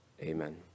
Amen